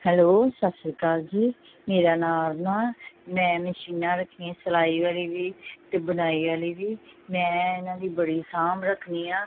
hello ਸਤਿ ਸ਼੍ਰੀ ਅਕਾਲ ਜੀ ਮੇਰਾ ਨਾਰ ਨਾ ਮੈਂ ਮਸ਼ੀਨਾਂ ਰੱਖੀਆਂ ਸਿਲਾਈ ਵਾਲੀ ਵੀ ਅਤੇ ਬੁਣਾਈ ਵਾਲੀ ਵੀ ਮੈਂ ਇਹਨਾਂ ਦੀ ਬੜੀ ਸਾਂਭ ਰੱਖਦੀ ਹਾਂ